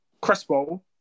Crespo